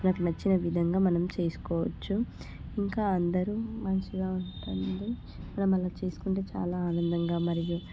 నాకు నచ్చిన విధంగా మనం చేసుకోవచ్చు ఇంకా అందరూ మంచిగా మనం అలా చేసుకుంటే చాలా ఆనందంగా మరియు